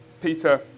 Peter